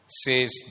says